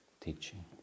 teaching